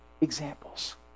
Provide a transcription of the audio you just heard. examples